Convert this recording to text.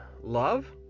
love